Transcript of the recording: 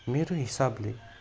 मेरो हिसाबले